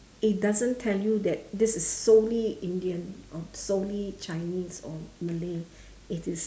it doesn't tell you that this is solely Indian or solely Chinese or Malay it is